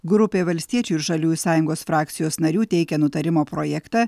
grupė valstiečių ir žaliųjų sąjungos frakcijos narių teikia nutarimo projektą